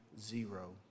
zero